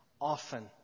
often